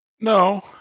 No